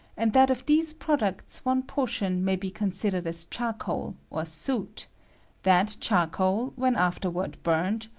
and that of these products one portion may be con sidered as charcoal, or soot that charcoal, when afterward burnt,